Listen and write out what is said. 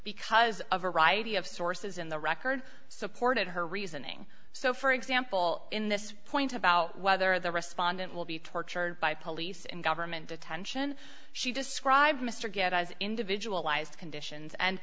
because a variety of sources in the record supported her reasoning so for example in this point about whether the respondent will be tortured by police and government detention she described mr get as individual eyes conditions and